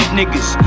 niggas